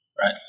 Right